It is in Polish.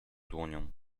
dłonią